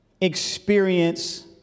experience